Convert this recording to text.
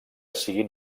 siguin